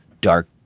dark